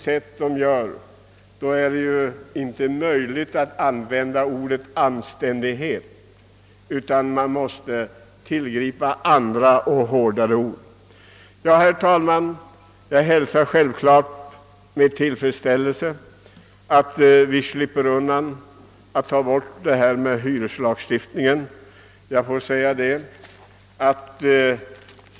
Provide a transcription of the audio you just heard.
Man måste för att karakterisera denna tillgripa andra och hårdare ord. Herr talman! Jag hälsar självfallet med tillfredsställelse att vi nu slipper ett avskaffande av hyresregleringslagen.